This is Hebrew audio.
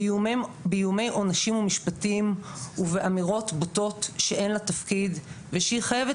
באיומי עונשים ומשפטים ובאמירות בוטות שאין לה תפקיד ושהיא חייבת